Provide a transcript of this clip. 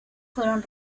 fueron